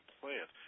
plant